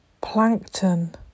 plankton